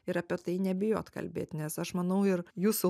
ir apie tai nebijot kalbėt nes aš manau ir jūsų